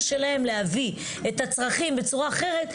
שלהם להביא את הצרכים בצורה אחרת,